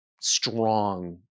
strong